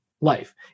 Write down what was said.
life